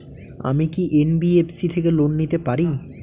আমি কি এন.বি.এফ.সি থেকে লোন নিতে পারি?